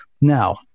Now